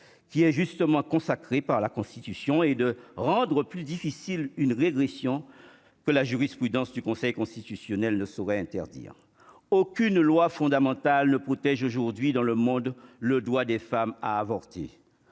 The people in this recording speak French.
qui est justement consacré par la Constitution et de rendre plus difficile une régression que la jurisprudence du Conseil constitutionnel ne saurait interdire aucune loi fondamentale le protège aujourd'hui dans le monde, le droit des femmes à avorter